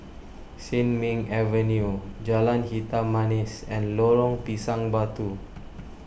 Sin Ming Avenue Jalan Hitam Manis and Lorong Pisang Batu